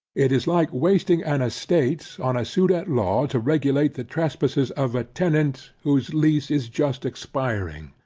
it is like wasting an estate on a suit at law, to regulate the trespasses of a tenant, whose lease is just expiring.